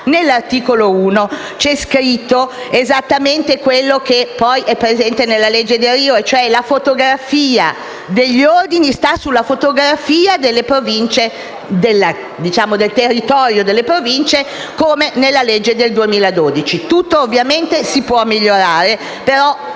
nell'articolo 1 c'è scritto esattamente quanto poi è presente nella legge Delrio. La fotografia degli ordini sta sulla fotografia del territorio delle Province, come nella legge del 2012. Tutto ovviamente si può migliorare, ma